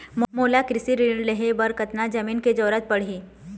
मोला कृषि ऋण लहे बर कतका जमीन के जरूरत पड़ही?